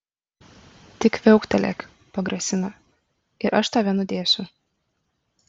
tik viauktelėk pagrasina ir aš tave nudėsiu